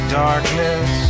darkness